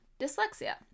dyslexia